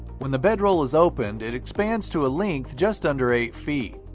when the bedroll is opened, it expands to a length just under eight feet.